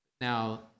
now